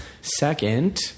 second